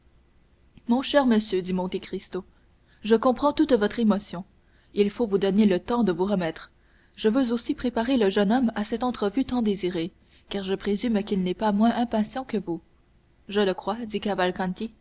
mon cher monsieur dit monte cristo je comprends toute votre émotion il faut vous donner le temps de vous remettre je veux aussi préparer le jeune homme à cette entrevue tant désirée car je présume qu'il n'est pas moins impatient que vous je le crois dit